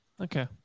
Okay